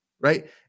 Right